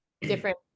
different